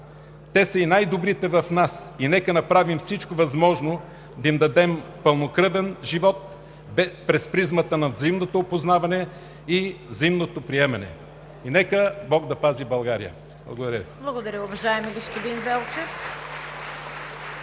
Те са и най-добрите в нас и нека направим всичко възможно да им дадем пълнокръвен живот през призмата на взаимното опознаване и взаимното приемане. И нека Бог да пази България! Благодаря Ви. (Ръкопляскания от